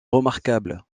remarquable